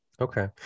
okay